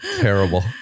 Terrible